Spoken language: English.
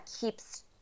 keeps